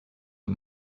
and